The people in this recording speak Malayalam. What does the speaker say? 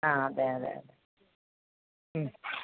ആ അതെ അതെ അതെ